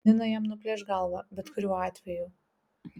nina jam nuplėš galvą bet kuriuo atveju